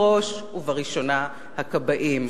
בראש ובראשונה הכבאים.